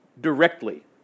directly